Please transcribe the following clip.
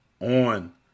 on